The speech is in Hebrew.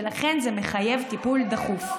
ולכן זה מחייב טיפול דחוף.